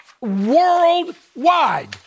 worldwide